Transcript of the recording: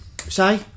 say